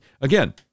again